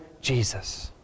Jesus